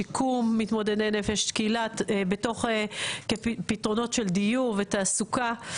שיקום מתמודדי נפש כפתרונות של דיור ותעסוקה.